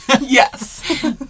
Yes